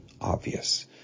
obvious